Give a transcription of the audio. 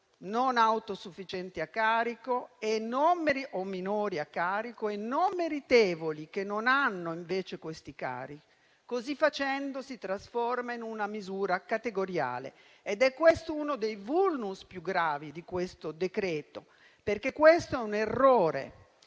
non autosufficienti o minori a carico, e i non meritevoli, che non hanno invece questi carichi. Così facendo, lo si trasforma in una misura categoriale, ed è questo uno dei *vulnus* più gravi del decreto in esame, perché questo è un errore